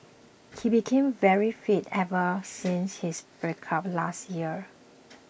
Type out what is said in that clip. he became very fit ever since his breakup last year